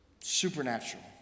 Supernatural